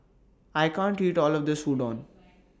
I can't eat All of This Udon